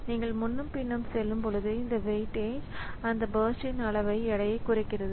நீங்கள் முன்னும் பின்னும் செல்லும்போது இந்த வெயிட்டேஜ் அந்த பர்ஸ்ட் அளவின் எடையைக் குறைக்கிறது